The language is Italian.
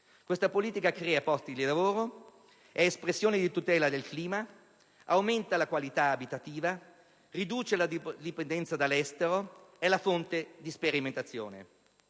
Questa politica crea posti di lavoro, è espressione di tutela del clima, aumenta la qualità abitativa, riduce la dipendenza dall'estero, è fonte di sperimentazione.